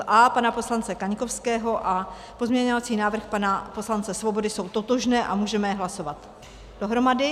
A pana poslance Kaňkovského a pozměňovací návrh pana poslance Svobody jsou totožné a můžeme o nich hlasovat dohromady.